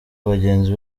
bagenzi